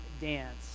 dance